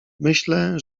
myślę